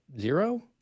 zero